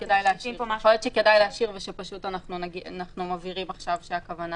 יכול להיות שכדאי להשאיר ושפשוט אנחנו מבהירים עכשיו שהכוונה